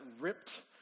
ripped